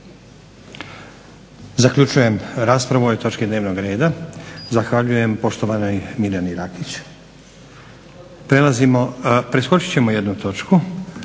Zaključujem raspravu o ovoj točki dnevnog reda. Zahvaljujem poštovanoj Mirjani Rakić. Prelazimo, preskočit ćemo jednu točku.